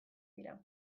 dira